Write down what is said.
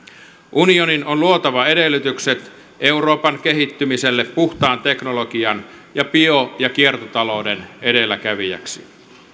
unionin on luotava edellytykset euroopan kehittymiselle puhtaan teknologian ja bio ja kiertotalouden edelläkävijäksi